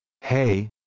Hey